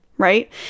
right